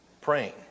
praying